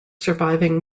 surviving